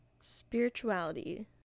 Spirituality